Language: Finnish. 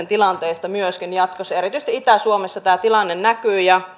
tilanteesta myöskin jatkossa erityisesti itä suomessa tämä tilanne näkyy ja